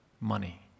Money